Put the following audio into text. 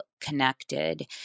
connected